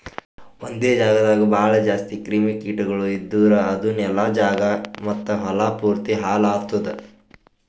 ಒಂದೆ ಜಾಗದಾಗ್ ಭಾಳ ಜಾಸ್ತಿ ಕ್ರಿಮಿ ಕೀಟಗೊಳ್ ಇದ್ದುರ್ ಅದು ನೆಲ, ಜಾಗ ಮತ್ತ ಹೊಲಾ ಪೂರ್ತಿ ಹಾಳ್ ಆತ್ತುದ್